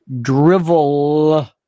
drivel